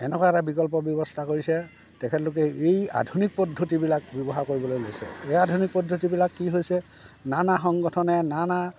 এনেকুৱা এটা বিকল্প ব্যৱস্থা কৰিছে তেখেতলোকে এই আধুনিক পদ্ধতিবিলাক ব্যৱহাৰ কৰিবলৈ লৈছে এই আধুনিক পদ্ধতিবিলাক কি হৈছে নানা সংগঠনে নানা